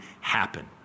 happen